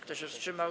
Kto się wstrzymał?